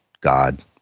God